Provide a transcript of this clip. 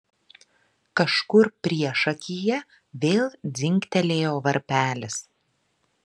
kažkur priešakyje vėl dzingtelėjo varpelis